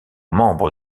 membre